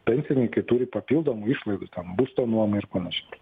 pensininkai turi papildomų išlaidų būsto nuomai ir panašiai